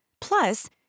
Plus